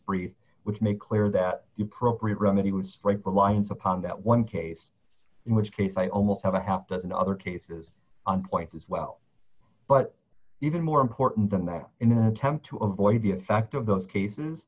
brief which make clear that you pro create remedy was right provides upon that one case in which case i almost have a half dozen other cases on point as well but even more important than that in an attempt to avoid the effect of those cases